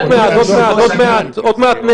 עוד מעט.